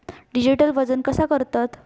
Digital वजन कसा करतत?